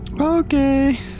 Okay